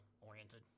oriented